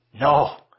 No